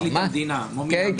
זה היה פרקליט המדינה מומי למברגר.